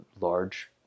large